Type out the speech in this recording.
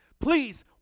Please